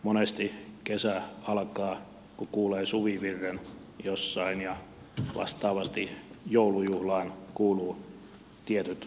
monesti kesä alkaa kun kuulee suvivirren jossain ja vastaavasti joulujuhlaan kuuluvat tietyt uskonnolliset perinteet